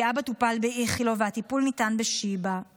כי אבא טופל באיכילוב והטיפול ניתן בשיבא,